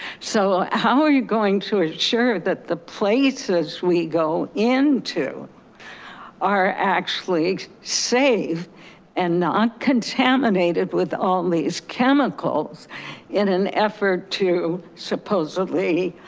so how are you going to ensure that the places we go into are actually safe and not contaminated with all these chemicals in an effort to supposedly,